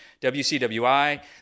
WCWI